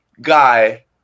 guy